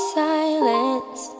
silence